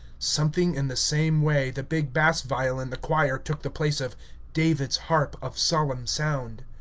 something in the same way the big bass-viol in the choir took the place of david's harp of solemn sound.